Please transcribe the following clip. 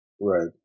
Right